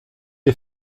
est